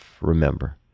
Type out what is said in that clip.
remember